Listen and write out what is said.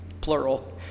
plural